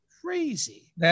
crazy